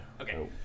Okay